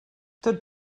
tot